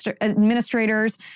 administrators